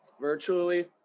virtually